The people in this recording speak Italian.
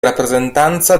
rappresentanza